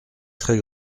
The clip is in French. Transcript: très